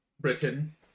Britain